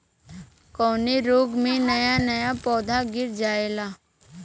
कवने रोग में नया नया पौधा गिर जयेला?